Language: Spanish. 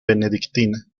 benedictina